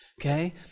Okay